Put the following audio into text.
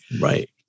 Right